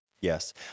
Yes